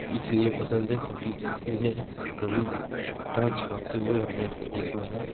इसलिए पसंद है क्योंकि इन्हें कभी झूठा छापते हुए हमने नहीं देखा है